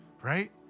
right